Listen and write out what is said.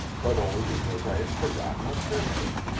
but only because i had forgotten a pistol.